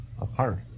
apart